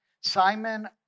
Simon